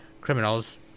criminals